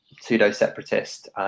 pseudo-separatist